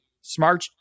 smart